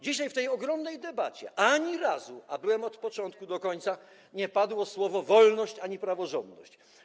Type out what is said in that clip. Dzisiaj w tej ogromnej debacie ani razu, a byłem od początku do końca, nie padło słowo wolność ani słowo praworządność.